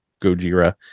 Gojira